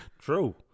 True